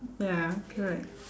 ya correct